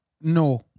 No